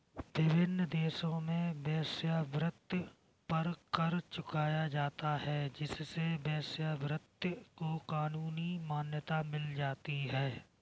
विभिन्न देशों में वेश्यावृत्ति पर कर चुकाया जाता है जिससे वेश्यावृत्ति को कानूनी मान्यता मिल जाती है